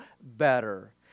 better